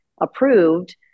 approved